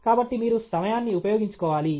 కాబట్టి మీరు సమయాని ఉపయోగించుకోవాలి